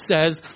says